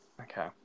Okay